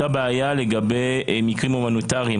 אותה בעיה קיימת גם במקרים הומניטריים.